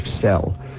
cell